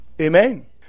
Amen